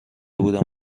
بودم